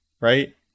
right